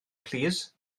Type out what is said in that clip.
plîs